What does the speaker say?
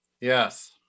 yes